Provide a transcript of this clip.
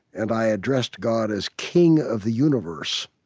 and i addressed god as king of the universe.